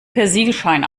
persilschein